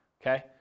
okay